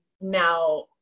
now